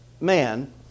man